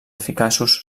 eficaços